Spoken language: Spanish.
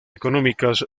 económicas